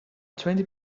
twenty